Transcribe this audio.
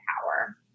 power